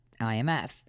IMF